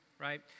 Right